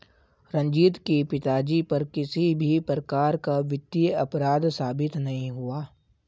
रंजीत के पिताजी पर किसी भी प्रकार का वित्तीय अपराध साबित नहीं हुआ